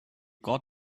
got